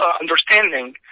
understanding